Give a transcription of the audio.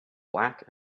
black